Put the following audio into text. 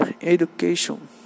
education